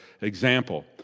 example